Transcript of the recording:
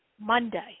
Monday